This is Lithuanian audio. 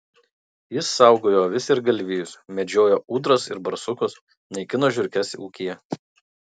jis saugojo avis ir galvijus medžiojo ūdras ir barsukus naikino žiurkes ūkyje